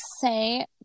say